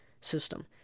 system